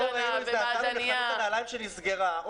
אתמול ראינו זעקה בחנות נעליים שנסגרה.